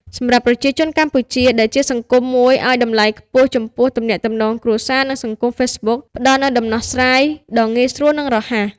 សម្រាប់ប្រជាជនកម្ពុជា ដែលជាសង្គមមួយឱ្យតម្លៃខ្ពស់ចំពោះទំនាក់ទំនងគ្រួសារ និងសង្គម Facebook ផ្តល់នូវដំណោះស្រាយដ៏ងាយស្រួលនិងរហ័ស។